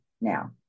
now